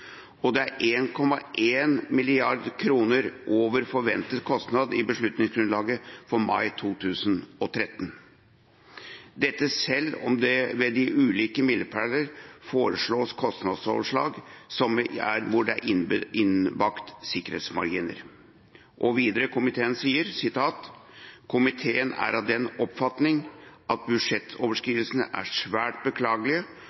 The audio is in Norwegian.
og 1,1 mrd. over forventet kostnad i beslutningsgrunnlaget fra mai 2013. Dette selv om det ved de ulike milepeler forelå kostnadsanslag med innbakte sikkerhetsmarginer.» Videre: «Komiteen er av den oppfatning at